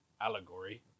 allegory